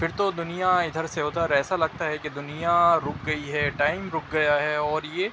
پھرتو دنیا ادھر سے ادھر ایسا لگتا ہے کہ دنیا رک گئی ہے ٹائم رک گیا ہے اور یہ